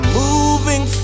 moving